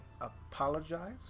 apologize